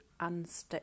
unstick